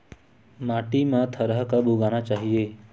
माटी मा थरहा कब उगाना चाहिए?